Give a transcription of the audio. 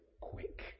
quick